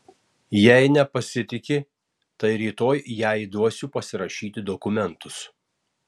jei nepasitiki tai rytoj jai duosiu pasirašyti dokumentus